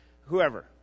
whoever